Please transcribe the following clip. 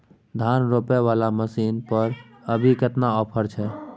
धान रोपय वाला मसीन पर अभी केतना ऑफर छै?